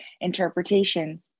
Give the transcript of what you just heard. interpretation